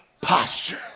posture